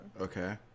Okay